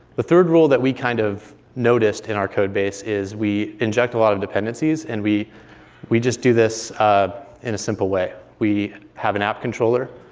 the third rule that we kind of noticed in our code base is we inject a lot of dependencies and we we just do this in a simple way. we have an app controller.